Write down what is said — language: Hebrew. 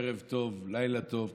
ערב טוב, לילה טוב.